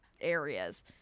areas